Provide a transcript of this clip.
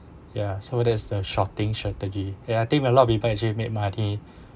ya so there's the shorting strategy and I think a lot of people actually make money